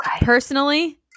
Personally